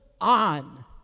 on